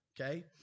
Okay